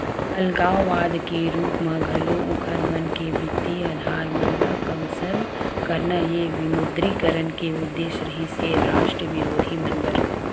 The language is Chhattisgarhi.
अलगाववाद के रुप म घलो उँखर मन के बित्तीय अधार मन ल कमसल करना ये विमुद्रीकरन के उद्देश्य रिहिस हे रास्ट बिरोधी मन बर